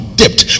dipped